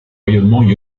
rayonnements